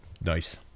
Nice